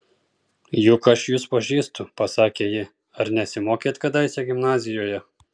juk aš jus pažįstu pasakė ji ar nesimokėt kadaise gimnazijoje